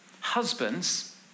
husbands